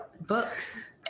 books